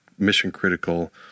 mission-critical